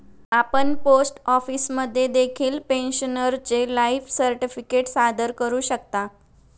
आपण पोस्ट ऑफिसमध्ये देखील पेन्शनरचे लाईफ सर्टिफिकेट सादर करू शकता